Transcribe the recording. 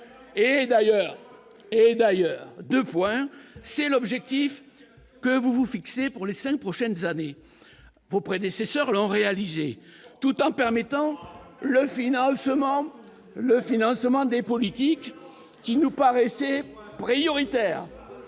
et d'ailleurs 2 fois, hein, c'est l'objectif que vous fixez pour les 5 prochaines années, vos prédécesseurs l'ont réalisé tout en permettant le final, le financement des politiques qui nous paraissait prioritaires,